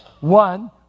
One